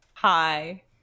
Hi